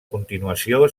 continuació